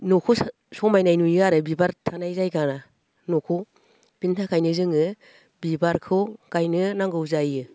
न'खौ समायनाय नुयो आरो बिबार थानाय जायगा न'खौ बिनि थाखायनो जोङो बिबारखौ गायनो नांगौ जायो